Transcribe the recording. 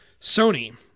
sony